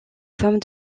femme